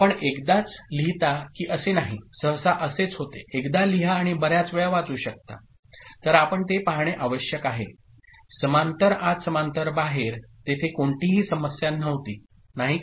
आपण एकदाच लिहिता की असे नाही सहसा असेच होते एकदा लिहा आणि बर्याच वेळा वाचू शकतातर आपण ते पाहणे आवश्यक आहे समांतर आत समांतर बाहेर तेथे कोणतीही समस्या नव्हती नाही का